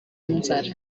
nzara